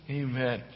amen